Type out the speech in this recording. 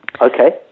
Okay